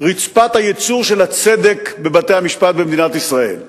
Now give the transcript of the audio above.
רצפת הייצור של הצדק בבתי-המשפט במדינת ישראל,